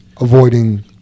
avoiding